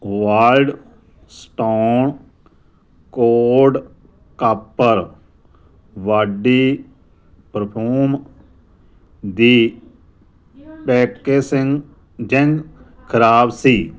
Wild Stone code copper body perfume ਦੀ packaging ਖ਼ਰਾਬ ਸੀ